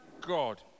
God